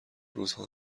روزها